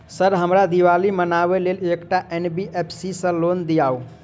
Sir हमरा दिवाली मनावे लेल एकटा एन.बी.एफ.सी सऽ लोन दिअउ?